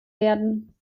werden